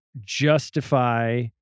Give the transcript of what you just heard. justify